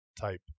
type